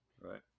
Right